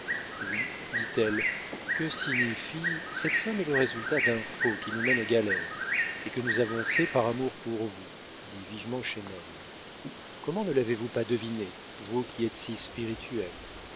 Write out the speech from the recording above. oui dit-elle que signifie cette somme est le résultat d'un faux qui nous mène aux galères et que nous avons fait par amour pour vous dit vivement chesnel comment ne l'avez-vous pas deviné vous qui êtes si spirituelle